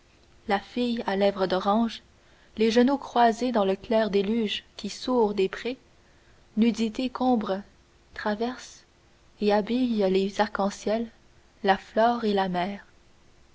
la fille à lèvre d'orange les genoux croisés dans le clair déluge qui sourd des prés nudité qu'ombrent traversent et habillent les arcs-en-ciel la flore la mer